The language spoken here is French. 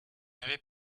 n’avez